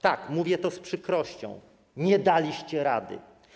Tak - mówię to z przykrością - nie daliście rady.